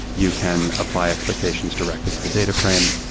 you can apply expectations directly to the data frame.